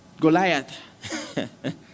Goliath